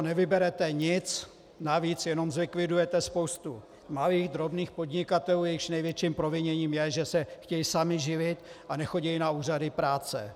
Nevyberete nic, navíc jen zlikvidujete spoustu malých, drobných podnikatelů, jejichž největším proviněním je, že se chtějí sami živit a nechodí na úřady práce.